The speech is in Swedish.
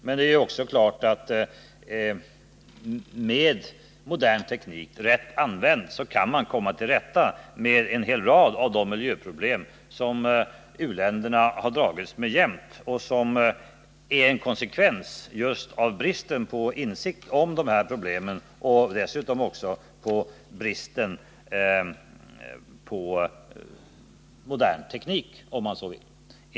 Men med modern teknik — jekts effekter på miljön rätt använd — kan man givetvis också komma till rätta med en hel rad av de miljöproblem som u-länderna har dragits med länge, och som ofta är en konsekvens av brist på kunskap och brist på just modern teknik.